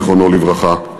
זיכרונו לברכה,